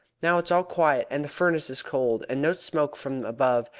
now it's all quiet, and the furnace cold, and no smoke from above,